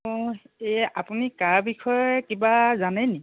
অ এই আপুনি 'কা'ৰ বিষয়ে কিবা জানেনি